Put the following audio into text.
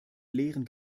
lehren